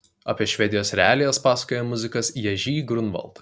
apie švedijos realijas pasakoja muzikas ježy grunvald